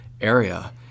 area